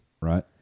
Right